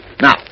Now